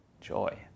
joy